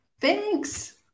Thanks